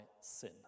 sin